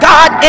God